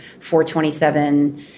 427